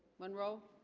monroe